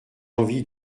envie